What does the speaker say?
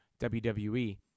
WWE –